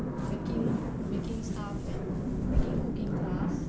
baking baking stuff and baking cooking class